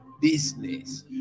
business